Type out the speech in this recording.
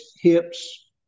hips